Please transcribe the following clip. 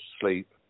sleep